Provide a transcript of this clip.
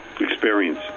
experience